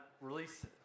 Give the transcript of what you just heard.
release